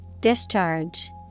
Discharge